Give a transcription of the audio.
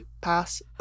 pass